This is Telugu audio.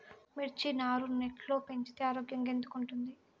మిర్చి నారు నెట్లో పెంచితే ఆరోగ్యంగా ఎందుకు ఉంటుంది?